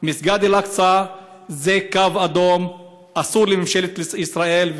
מסגד אל-אקצא זה קו אדום אסור לממשלת ישראל,